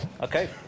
Okay